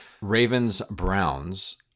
Ravens-Browns